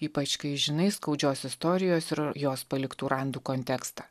ypač kai žinai skaudžios istorijos ir jos paliktų randų kontekstą